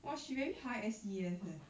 !wah! she very high S_E_S leh